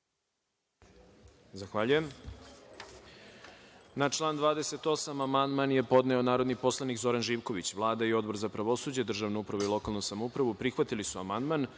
Zahvaljujem. Na član 28. amandman je podneo narodni poslanik Zoran Živković. Vlada i Odbor za pravosuđe državnu upravu i lokalnu samoupravu prihvatili su amandman. Odbor